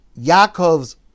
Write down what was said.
Yaakov's